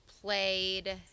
played